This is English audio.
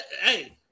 hey